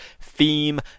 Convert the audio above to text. theme